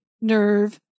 nerve